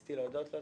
רציתי להודות לו.